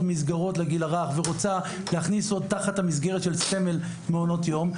מסגרות לגיל הרך ורוצה להכניס עוד תחת המסגרת של סמל מעונות יום,